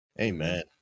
Amen